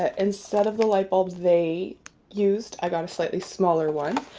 ah instead of the lightbulbs. they used i got a slightly smaller one.